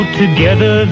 together